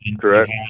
Correct